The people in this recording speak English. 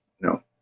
No